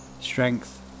Strength